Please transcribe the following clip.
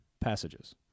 passages